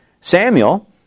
Samuel